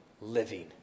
living